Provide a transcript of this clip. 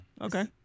Okay